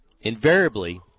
invariably